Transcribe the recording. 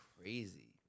crazy